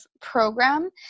program